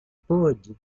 pôde